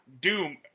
Doom